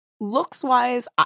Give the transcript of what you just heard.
Looks-wise